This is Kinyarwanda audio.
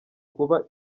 kuba